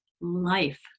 life